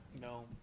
No